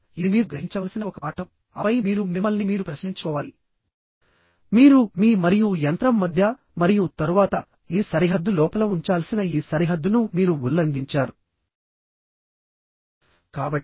ఇప్పుడు ఇది మీరు గ్రహించవలసిన ఒక పాఠం ఆపై మీరు మిమ్మల్ని మీరు ప్రశ్నించుకోవాలి మీరు మీ మరియు యంత్రం మధ్య మరియు తరువాత ఈ సరిహద్దు లోపల ఉంచాల్సిన ఈ సరిహద్దును మీరు ఉల్లంఘించారు